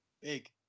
Big